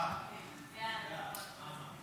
ההצעה להעביר